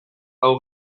hau